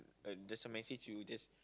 there's a message you just